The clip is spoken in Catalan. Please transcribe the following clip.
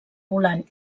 volant